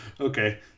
okay